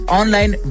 online